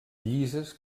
llises